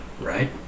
right